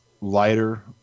lighter